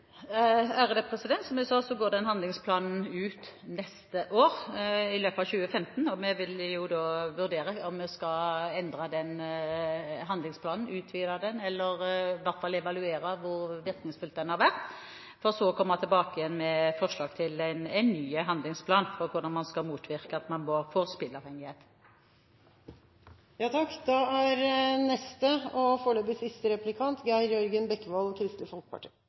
Som jeg sa, går den handlingsplanen ut neste år – i løpet av 2015 – og vi vil da vurdere om vi skal endre den, utvide den eller i hvert fall evaluere hvor virkningsfull den har vært, for så å komme tilbake med forslag til en ny handlingsplan for hvordan man skal motvirke at man får spilleavhengighet. Gjennomføringskraft er et begrep som denne regjeringen liker å bruke. Det er for så vidt bra, og